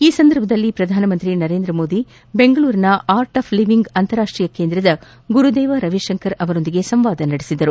ಈ ಸಂದರ್ಭದಲ್ಲಿ ಪ್ರಧಾನಮಂತ್ರಿ ನರೇಂದ್ರಮೋದಿ ಬೆಂಗಳೂರಿನ ಆರ್ಟ್ ಆಫ್ ಲೀವಿಂಗ್ ಅಂತಾರಾಷ್ಷೀಯ ಕೇಂದ್ರದ ಗುರುದೇವ್ ರವಿಶಂಕರ್ ಅವರೊಂದಿಗೆ ಸಂವಾದ ನಡೆಸಿದರು